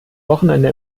wochenende